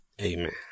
Amen